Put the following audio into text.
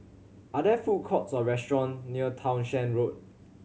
are there food courts or restaurant near Townshend Road